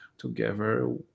Together